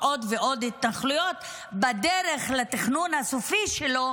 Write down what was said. עוד ועוד התנחלויות בדרך לתכנון הסופי שלו,